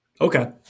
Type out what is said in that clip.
Okay